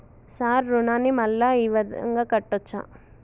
Sir రుణాన్ని మళ్ళా ఈ విధంగా కట్టచ్చా?